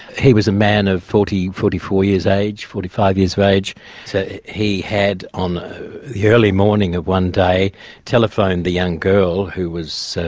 he was a man of forty, forty four years of age, forty five years of age, so he had on the early morning of one day telephoned the young girl who was